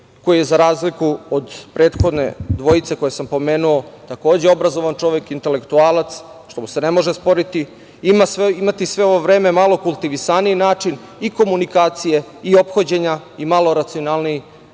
koji je za razliku od prethodne dvojice koje sam pomenuo takođe obrazovan čovek, intelektualac, što mu se ne može osporiti imati sve ovo vreme malo kultivisaniji način, malo komunikacije i ophođenja i malo racionalniji